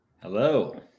Hello